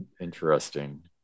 Interesting